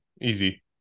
Easy